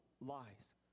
lies